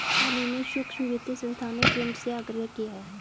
हाल ही में सूक्ष्म वित्त संस्थाओं ने केंद्र से आग्रह किया है